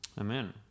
Amen